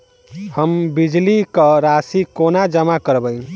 हम बिजली कऽ राशि कोना जमा करबै?